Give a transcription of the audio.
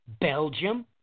Belgium